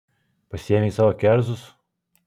pasiėmei savo kerzus